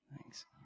Thanks